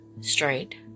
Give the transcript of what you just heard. straight